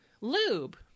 lube